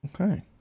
okay